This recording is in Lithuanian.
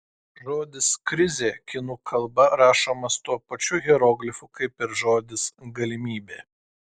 žodis krizė kinų kalba rašomas tuo pačiu hieroglifu kaip ir žodis galimybė